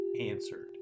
answered